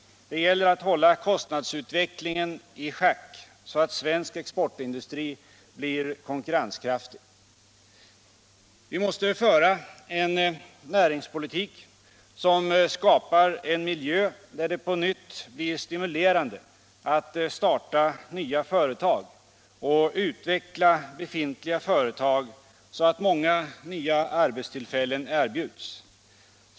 Det gäller att hålla kostnadsutvecklingen i schack så att svensk exportindustri blir konkurrenskraftig. Vi måste föra en näringspolitik som skapar en miljö där det på nytt blir stimulerande att starta nya företag och utveckla befintliga företag, så att 31 många nya arbetstillfällen erbjuds.